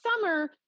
summer